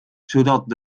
zodat